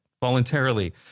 voluntarily